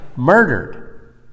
murdered